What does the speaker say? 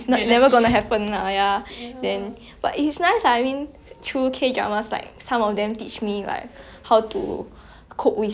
how to cope with like some life problems it's like not saying that if you persevere you will